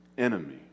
enemy